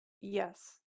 Yes